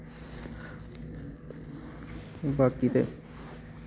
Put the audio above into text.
बाकी ते